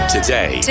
Today